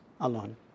alone